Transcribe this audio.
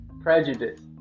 prejudice